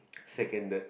seconded